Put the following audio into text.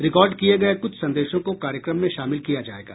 record किए गए कुछ संदेशों को कार्यक्रम में शामिल किया जाएगा